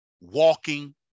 walking